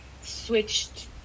switched